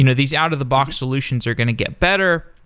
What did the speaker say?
you know these out of the box solutions are going to get better.